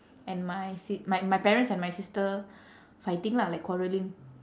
and my si~ my my parents and my sister fighting lah like quarrelling